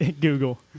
Google